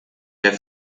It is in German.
der